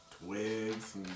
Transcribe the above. twigs